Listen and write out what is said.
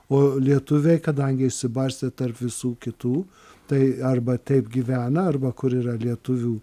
o lietuviai kadangi išsibarstę tarp visų kitų tai arba taip gyvena arba kur yra lietuvių